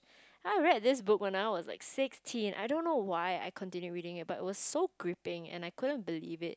then I read this book when I was like sixteen I don't know why I continued reading it but it was so gripping and I couldn't believe it